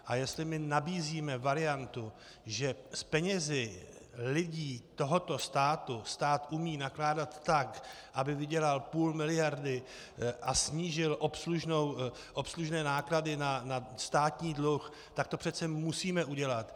A jestli my nabízíme variantu, že s penězi lidí tohoto státu umí stát nakládat tak, aby vydělal půl miliardy a snížil obslužné náklady na státní dluh, tak to přece musíme udělat.